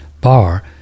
bar